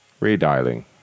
Redialing